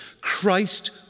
Christ